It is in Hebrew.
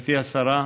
גברתי השרה,